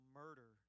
murder